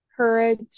courage